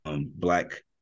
black